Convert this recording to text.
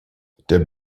der